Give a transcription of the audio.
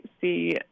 see